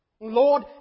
Lord